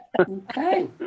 Okay